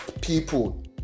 people